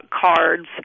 cards